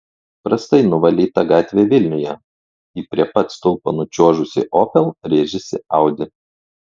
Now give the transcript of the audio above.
prastai nuvalyta gatvė vilniuje į prie pat stulpo nučiuožusį opel rėžėsi audi